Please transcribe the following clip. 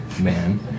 man